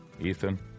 ethan